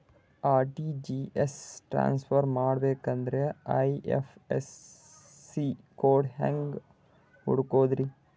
RTGS transfer ಮಾಡಬೇಕೆಂದರೆ IFSC code ಹೆಂಗ್ ಹುಡುಕೋದ್ರಿ?